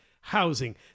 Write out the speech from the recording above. housing